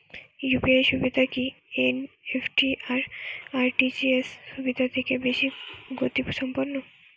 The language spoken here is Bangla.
ইউ.পি.আই সুবিধা কি এন.ই.এফ.টি আর আর.টি.জি.এস সুবিধা থেকে বেশি গতিসম্পন্ন?